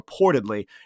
reportedly